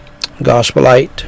Gospelite